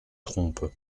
trompe